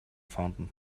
fountain